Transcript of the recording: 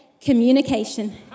communication